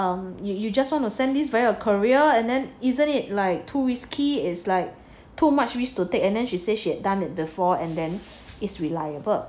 um you just wanna send this via a courier and then isn't it like too risky is like too much risk to take and then she say she had done it before and then is reliable